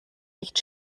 nicht